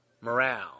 Morale